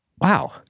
wow